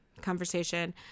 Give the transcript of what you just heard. conversation